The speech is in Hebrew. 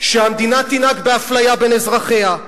שהמדינה תנהג באפליה בין אזרחיה.